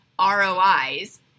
ROIs